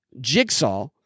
jigsaw